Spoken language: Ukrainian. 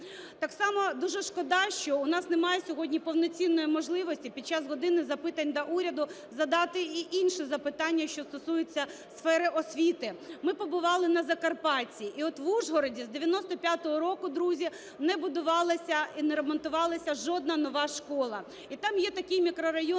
Так само дуже шкода, що у нас немає сьогодні повноцінної можливості під час "години запитань до Уряду" задати і інше запитання: що стосується сфери освіти. Ми побували на Закарпатті. І от в Ужгороді з 95-го року, друзі, не будувалася і не ремонтувалася жодна нова школа. І там є такий мікрорайон